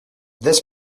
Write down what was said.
this